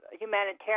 humanitarian